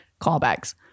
callbacks